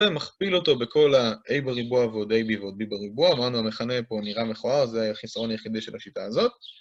ומכפיל אותו בכל הa בריבוע ועוד ab ועוד b בריבוע, אמרנו המכנה פה נראה מכוער, זה החסרון היחידה של השיטה הזאת.